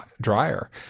drier